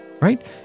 right